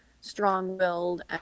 strong-willed